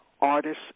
artists